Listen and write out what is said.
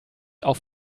auf